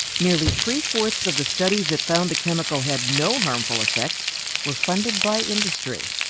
nearly three-fourths of the studies that found the chemical had no harmful effects were funded by industry.